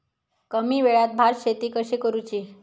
कमी वेळात भात शेती कशी करुची?